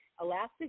Alaska